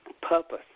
purpose